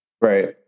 Right